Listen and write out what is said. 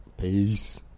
Peace